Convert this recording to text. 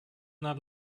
not